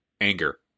Anger